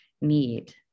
need